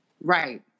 Right